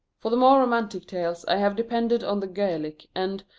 for the more romantic tales i have depended on the gaelic, and,